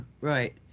right